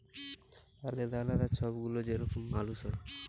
আলেদা আলেদা ছব গুলা যে রকম মালুস হ্যয়